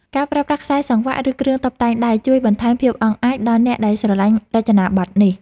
ការប្រើប្រាស់ខ្សែសង្វាក់ ឬគ្រឿងតុបតែងដែក ជួយបន្ថែមភាពអង់អាចដល់អ្នកដែលស្រឡាញ់រចនាប័ទ្មនេះ។